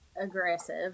aggressive